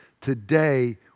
today